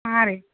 ಹಾಂ ರೀ